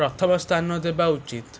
ପ୍ରଥମ ସ୍ଥାନ ଦେବା ଉଚିତ